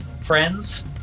Friends